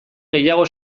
gehiago